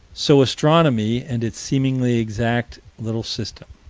so astronomy and its seemingly exact, little system